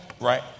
Right